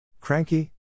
Cranky